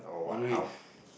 one week